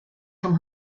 from